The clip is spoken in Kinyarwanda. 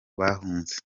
bahunze